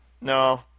No